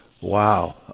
wow